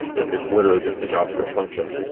it's it's literally just a javascript function.